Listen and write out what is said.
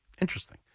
Interesting